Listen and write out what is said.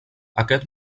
aquest